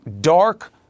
dark